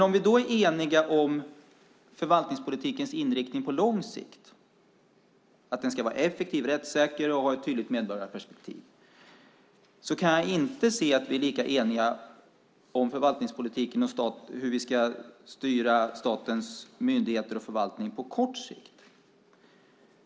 Om vi då är eniga om förvaltningspolitikens inriktning på lång sikt - att den ska vara effektiv, rättssäker och ha ett tydligt medborgarperspektiv - kan jag inte se att vi är lika eniga om förvaltningspolitiken och hur vi ska styra statens myndigheter och förvaltning på kort sikt.